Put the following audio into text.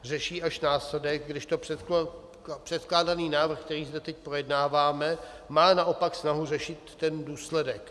Řeší až následek, kdežto předkládaný návrh, který zde teď projednáváme, má naopak snahu řešit ten důsledek.